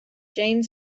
jane